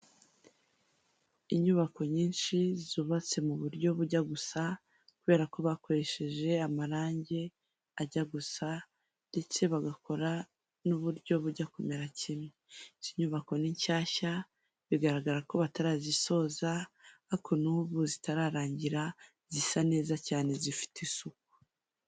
Inyubako nyinshi zubatse mu buryo bujya gusa, kubera ko bakoresheje amarangi ajya gusa ndetse bagakora n'uburyo bujya kumera kimwe. Izi nyubako ni nshyashya bigaragara ko batarazisoza ariko n'ubu zitararangira zisa neza cyane, zifite isuku.